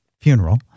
funeral